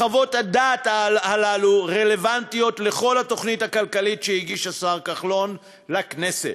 חוות הדעת הללו רלוונטיות לכל התוכנית הכלכלית שהגיש השר כחלון לכנסת,